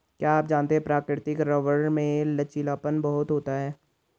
क्या आप जानते है प्राकृतिक रबर में लचीलापन बहुत होता है?